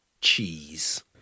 cheese